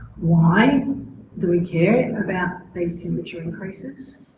why do we care about these temperature increases,